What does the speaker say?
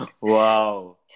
wow